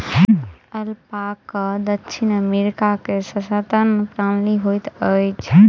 alpaca दक्षिण America के सस्तन प्राणी होइत अछि